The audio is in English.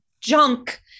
junk